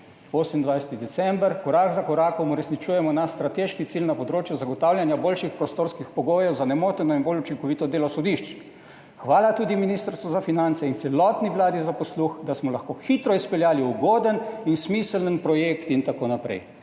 28. december: "Korak za korakom uresničujemo naš strateški cilj na področju zagotavljanja boljših prostorskih pogojev za nemoteno in bolj učinkovito delo sodišč. Hvala tudi ministrstvu za finance in celotni Vladi za posluh, da smo lahko hitro izpeljali ugoden in smiseln projekt," itn.